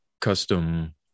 custom